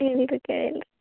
ಇಲ್ರಿ ಕೆ ಇಲ್ರಿ